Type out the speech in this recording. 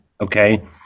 Okay